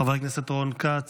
חבר הכנסת רון כץ,